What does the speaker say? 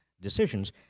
decisions